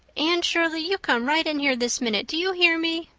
anne shirley, you come right in here this minute, do you hear me!